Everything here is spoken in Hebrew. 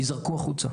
ייזרקו החוצה.